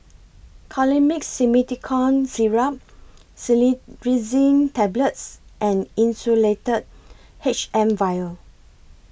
Colimix Simethicone Syrup Cetirizine Tablets and Insulatard H M Vial